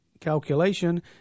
Calculation